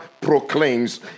proclaims